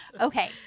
Okay